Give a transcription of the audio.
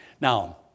Now